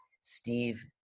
Steve